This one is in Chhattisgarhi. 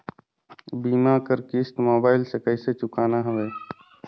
बीमा कर किस्त मोबाइल से कइसे चुकाना हवे